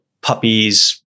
puppies